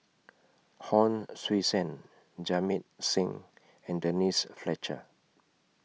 Hon Sui Sen Jamit Singh and Denise Fletcher